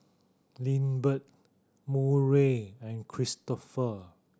Lindbergh Murray and Kristopher